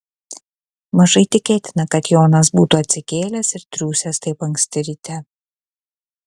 mažai tikėtina kad jonas būtų atsikėlęs ir triūsęs taip anksti ryte